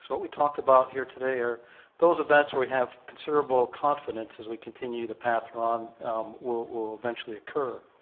so what we talked about here today are those events we have considerable confidence as we continue the path we're on will will eventually occur.